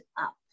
up